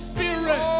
Spirit